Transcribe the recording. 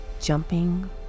jumping